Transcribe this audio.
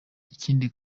ikindi